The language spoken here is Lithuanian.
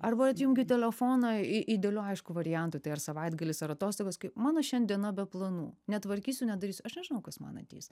arba atjungiu telefoną i idealiu aišku variantu tai ar savaitgalis ar atostogos kaip mano šiandiena be planų netvarkysiu nedarysiu aš nežinau kas man ateis